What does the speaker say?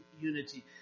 unity